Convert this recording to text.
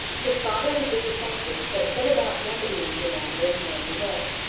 his father was disappointed, but set about remedying the matter in a manly way.